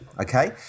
okay